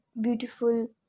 beautiful